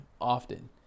often